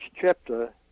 chapter